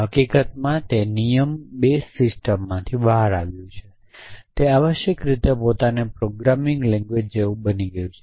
હકીકતમાં તે નિયમ બેઝ સિસ્ટમ્સમાં બહાર આવ્યું છે તે આવશ્યક રીતે પોતાને પ્રોગ્રામિંગ લેંગ્વેજ જેવું બની ગયું છે